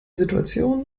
situation